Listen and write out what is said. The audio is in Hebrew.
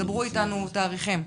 דברו איתנו תאריכים.